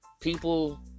People